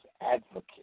advocate